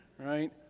right